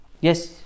Yes